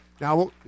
Now